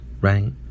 right